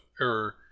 error